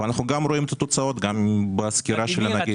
ואנחנו רואים את התוצאות, גם בסקירה של הנגיד.